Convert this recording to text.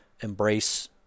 embrace